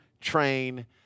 train